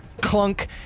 clunk